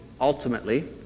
ultimately